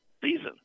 season